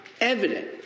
evident